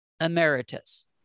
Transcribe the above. Emeritus